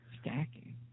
Stacking